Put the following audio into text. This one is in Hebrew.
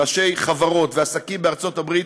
ראשי חברות ועסקים בארצות הברית,